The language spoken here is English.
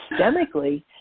systemically